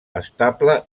estable